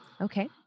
Okay